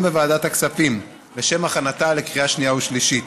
בוועדת הכספים לשם הכנתה לקריאה שנייה ושלישית.